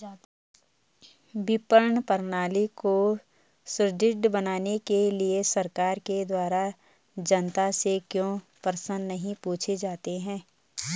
विपणन प्रणाली को सुदृढ़ बनाने के लिए सरकार के द्वारा जनता से क्यों प्रश्न नहीं पूछे जाते हैं?